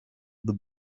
the